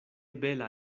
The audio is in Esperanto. bela